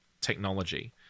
technology